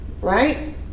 right